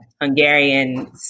Hungarian